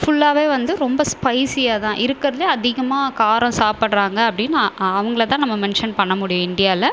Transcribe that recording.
ஃபுல்லாகவே வந்து ரொம்ப ஸ்பைசியாகதான் இருக்கிறதுலே அதிகமாக காரம் சாப்பிட்றாங்க அப்படினா அவங்கள தான் நம்ம மென்ஷன் பண்ண முடியும் இந்தியாவில